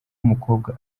umukobwa